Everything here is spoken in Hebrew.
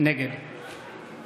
נגד